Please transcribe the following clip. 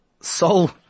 soul